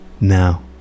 Now